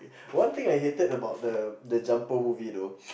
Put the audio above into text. one thing I hated about the the Jumper movie though